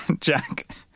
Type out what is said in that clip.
Jack